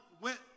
went